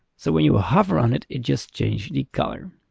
so when you hover on it, it just changes the color.